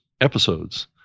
episodes